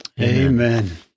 Amen